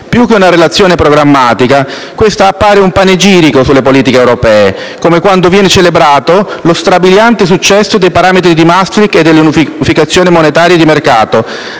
Più che una relazione programmatica, questa appare un panegirico sulle politiche europee, come quando viene celebrato lo strabiliante successo dei parametri di Maastricht e dell'unificazione monetaria e di mercato,